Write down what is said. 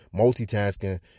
multitasking